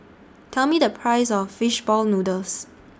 Tell Me The Price of Fish Ball Noodles